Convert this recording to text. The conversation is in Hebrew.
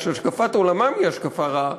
אלא שהשקפת עולמם היא השקפה רעה,